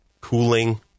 cooling